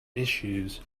issues